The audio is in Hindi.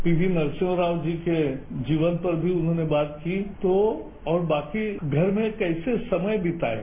पीवी नरसिम्हा राव जी के जीवन पर भी उन्होंने बात की तो बाकी घर में कैसे समय बितायें